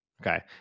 okay